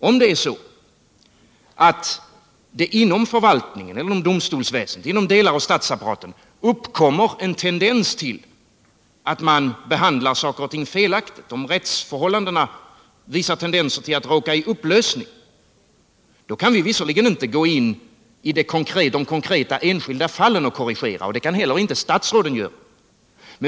Om det är så att det inom förvaltningen, exempelvis inom domstolsväsendet eller andra delar av statsapparaten, uppkommer en tendens till att man behandlar saker och ting felaktigt, om rättsförhållandena visar tendenser att råka i upplösning, då kan vi visserligen inte gå in i de konkreta enskilda fallen och korrigera — det kan inte heller statsråden göra.